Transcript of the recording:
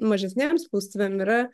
mažesnėm spaustuvėm yra